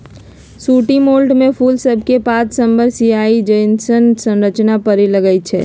sooty mould में फूल सभके पात सभपर सियाहि जइसन्न संरचना परै लगैए छइ